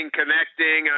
connecting